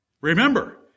Remember